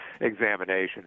examination